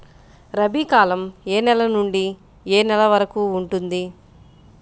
రబీ కాలం ఏ నెల నుండి ఏ నెల వరకు ఉంటుంది?